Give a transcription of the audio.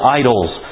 idols